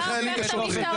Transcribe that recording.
אתה הרבצת לחיילים ושוטרים.